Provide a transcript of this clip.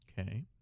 Okay